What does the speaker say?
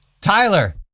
Tyler